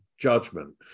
judgment